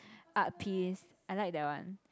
art piece I like that one